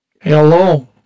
Hello